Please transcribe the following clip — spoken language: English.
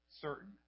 certain